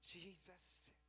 Jesus